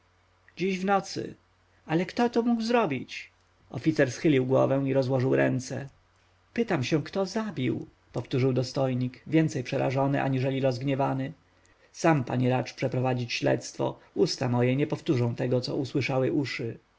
dziś w nocy ale kto to mógł zrobić oficer schylił głowę i rozłożył ręce pytam się kto zabił powtórzył dostojnik więcej przerażony aniżeli rozgniewany sam panie racz przeprowadzić śledztwo usta moje nie powtórzą tego co słyszały uszy